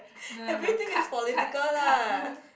everything is political lah